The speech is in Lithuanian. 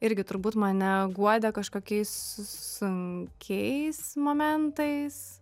irgi turbūt mane guodė kažkokiais sunkiais momentais